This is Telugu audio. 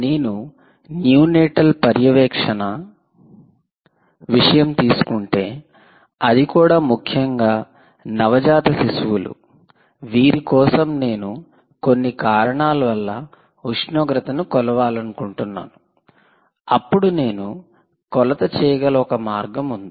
నేను న్యూ నేటల్ పర్యవేక్షణ విషయం తీసుకుంటే అది కూడా ముఖ్యంగా నవజాత శిశువులు వీరి కోసం నేను కొన్ని కారణాల వల్ల ఉష్ణోగ్రతను కొలవాలనుకుంటున్నాను అప్పుడు నేను కొలత చేయగల ఒక మార్గం ఉంది